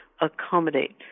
accommodate